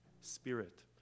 Spirit